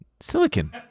Silicon